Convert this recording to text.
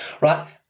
Right